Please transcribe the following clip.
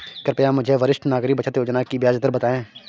कृपया मुझे वरिष्ठ नागरिक बचत योजना की ब्याज दर बताएं?